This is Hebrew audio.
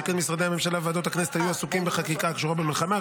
שכן משרדי הממשלה וועדות הכנסת היו עסוקים בחקיקה הקשורה במלחמה,